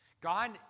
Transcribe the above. God